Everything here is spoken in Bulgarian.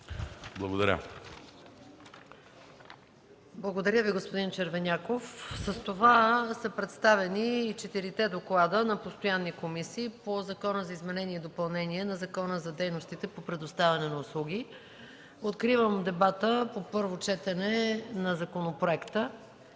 Благодаря Ви, господин Червеняков. Представени са и четирите доклада на постоянни комисии по Законопроекта за изменение и допълнение на Закона за дейностите по предоставяне на услуги. Откривам дебата по първото четене на законопроекта.